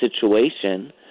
situation